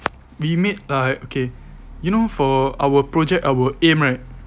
we made uh okay you know for our project our aim right